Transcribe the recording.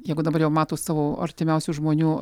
jeigu dabar jau mato savo artimiausių žmonių